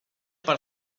per